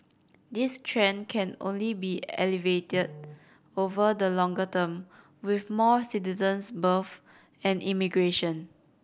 this trend can only be alleviated over the longer term with more citizens births and immigration